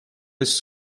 his